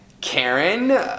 Karen